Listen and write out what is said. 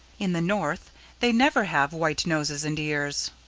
in the north they never have white noses and ears.